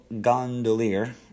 gondolier